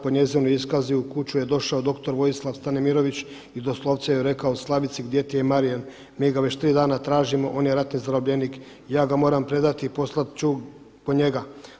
Po njezinu iskazu u kuću je došao doktor Vojislav Stanimirović i doslovce je rekao Slavice gdje ti je Marijan, mi ga već tri dana tražimo, on je ratni zarobljenik, ja ga moram predati i poslat ću po njega.